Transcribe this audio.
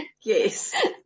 Yes